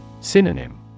Synonym